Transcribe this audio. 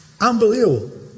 Unbelievable